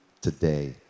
today